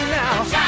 now